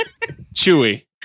Chewy